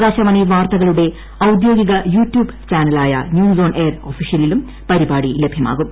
ആകാശവാണി വാർത്തകളുടെ ഔദ്യോഗിക യൂട്യൂബ് ചാനലായ ന്യൂസ് ഓൺ എയർ ഒഫീഷ്യലിലും പരിപാടി ലഭ്യമാകും